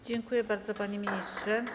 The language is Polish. Dziękuję bardzo, panie ministrze.